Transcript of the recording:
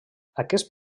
aquest